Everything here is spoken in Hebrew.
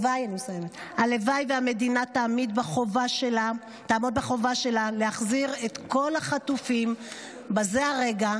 הלוואי והמדינה תעמוד בחובה שלה להחזיר את כל החטופים בזה הרגע.